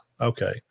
Okay